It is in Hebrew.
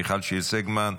מיכל שיר סגמן,